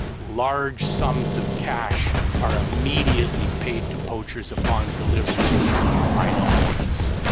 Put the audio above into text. large sums of cash are immediately paid to poachers upon delivery of rhino horns.